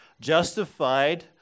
justified